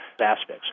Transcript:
aspects